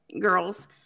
girls